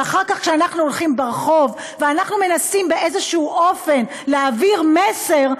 אחר כך כשאנחנו הולכים ברחוב ואנחנו מנסים באיזשהו אופן להעביר מסר,